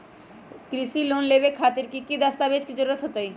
कृषि लोन लेबे खातिर की की दस्तावेज के जरूरत होतई?